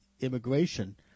immigration